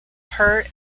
her